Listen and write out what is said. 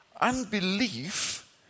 unbelief